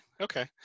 Okay